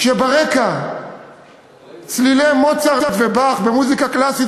כשברקע צלילי מוצרט ובאך, מוזיקה קלאסית